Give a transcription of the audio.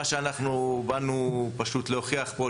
מה שאנחנו באנו פשוט להוכיח פה,